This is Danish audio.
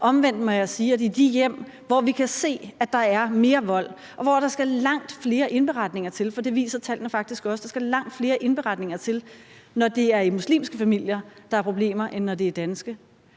Omvendt må jeg sige, at det er i hjem med ikkevestlig baggrund, at vi kan se, at der er mere vold, og hvor der skal langt flere indberetninger til. For tallene viser faktisk også, at der skal langt flere indberetninger til, når det er i muslimske familier, at der er problemer, end når det er i danske.